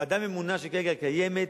ועדה ממונה, שכרגע קיימת,